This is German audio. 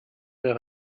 mehr